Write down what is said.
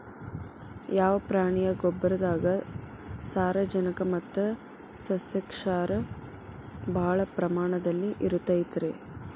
ಯಾವ ಪ್ರಾಣಿಯ ಗೊಬ್ಬರದಾಗ ಸಾರಜನಕ ಮತ್ತ ಸಸ್ಯಕ್ಷಾರ ಭಾಳ ಪ್ರಮಾಣದಲ್ಲಿ ಇರುತೈತರೇ?